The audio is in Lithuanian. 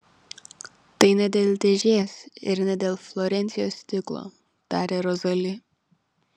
tai ne dėl dėžės ir ne dėl florencijos stiklo tarė rozali